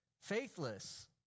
Faithless